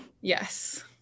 Yes